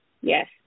Yes